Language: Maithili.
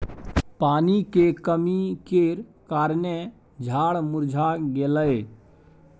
पानी के कमी केर कारणेँ झाड़ मुरझा गेलै